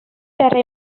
terra